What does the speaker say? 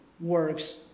works